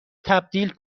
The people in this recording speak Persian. تبدیل